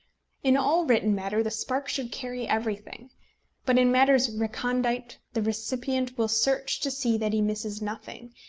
in all written matter the spark should carry everything but in matters recondite the recipient will search to see that he misses nothing,